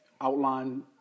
outline